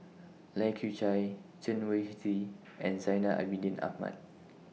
Lai Kew Chai Chen Wen Hsi and Zainal Abidin Ahmad